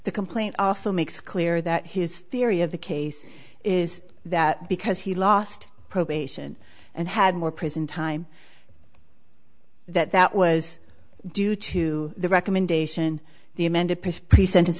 the complaint also makes clear that his theory of the case is that because he lost probation and had more prison time that that was due to the recommendation the amended piece pre sentence